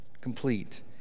complete